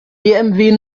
bmw